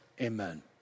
Amen